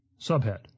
Subhead